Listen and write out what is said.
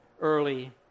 early